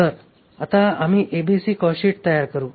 तर आता आम्ही एबीसी कॉस्टशीट तयार करू